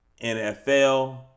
NFL